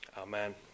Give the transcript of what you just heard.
Amen